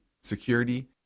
security